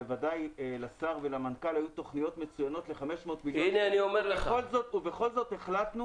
בוודאי לשר ולמנכ"ל היו תכניות מצוינות ל-500 מיליון ובכל זאת החלטנו